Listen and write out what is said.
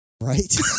right